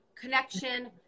connection